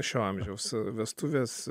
šio amžiaus vestuvės